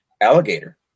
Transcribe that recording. alligator